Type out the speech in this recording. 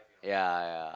ya ya